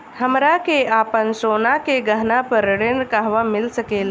हमरा के आपन सोना के गहना पर ऋण कहवा मिल सकेला?